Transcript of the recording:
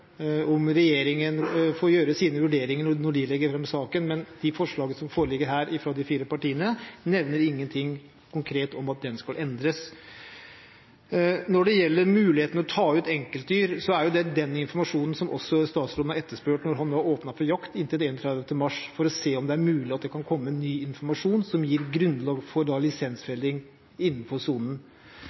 om at noe skal endres i naturmangfoldloven. Regjeringen får gjøre sine vurderinger når de legger fram saken, men de forslagene som foreligger her, fra de fire partiene, nevner ingenting konkret om at loven skal endres. Når det gjelder mulighetene til å ta ut enkeltdyr, er det den informasjonen som også statsråden har etterspurt når han nå har åpnet for jakt inntil 31. mars – for å se om det kan komme ny informasjon som gir grunnlag for lisensfelling innenfor sonen.